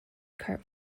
court